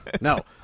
no